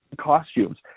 costumes